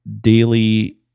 daily